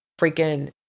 freaking